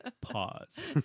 Pause